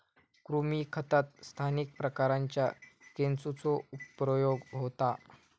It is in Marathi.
कृमी खतात स्थानिक प्रकारांच्या केंचुचो प्रयोग होता